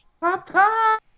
Papa